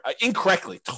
incorrectly